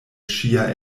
ŝia